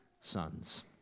sons